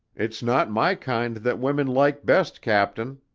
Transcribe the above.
it's not my kind that women like best, captain,